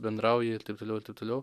bendrauji ir taip toliau ir taip toliau